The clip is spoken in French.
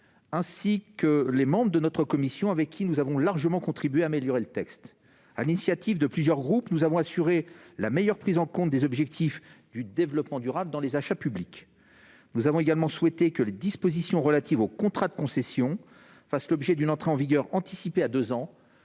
ainsi que les membres de notre commission, qui ont largement contribué à améliorer le texte. Sur l'initiative de plusieurs groupes, nous avons assuré une meilleure prise en compte des objectifs du développement durable dans les achats publics. Nous avons également souhaité que les dispositions relatives au contrat de concession fassent l'objet d'une entrée en vigueur anticipée, à deux ans,